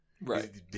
right